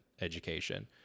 education